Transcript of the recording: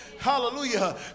Hallelujah